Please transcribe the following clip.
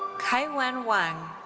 kaiwen wang.